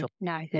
No